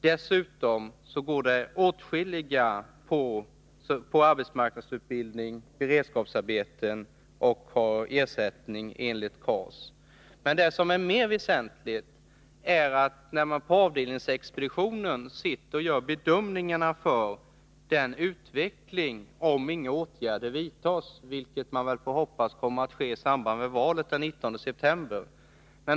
Dessutom deltar åtskilliga i arbetsmarknadsutbildning, har beredskapsarbeten eller ersättning enligt KAS. Men det som är mer väsentligt är den utveckling man på avdelningen räknar med för nästa vinter — om inga åtgärder vidtas, vilket jag hoppas sker i samband med valet den 19 september.